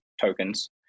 tokens